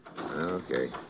Okay